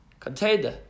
Container